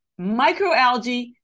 Microalgae